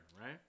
right